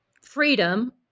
freedom